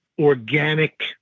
organic